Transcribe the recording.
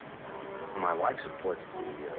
my wife supports the, ah.